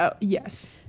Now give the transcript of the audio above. Yes